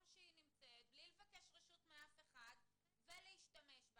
שהיא נמצאת בלי לבקש רשות מאף אחד ולהשתמש בה.